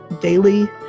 daily